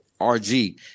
RG